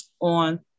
on